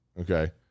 okay